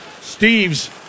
Steve's